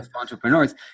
entrepreneurs